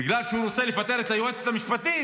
בגלל שהוא רוצה לפטר את היועצת המשפטית,